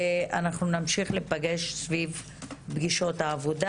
נמשיך להיפגש בפגישות העבודה.